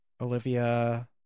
Olivia